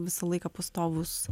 visą laiką pastovus